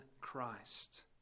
Christ